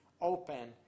open